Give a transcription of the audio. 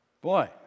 Boy